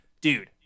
Dude